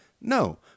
No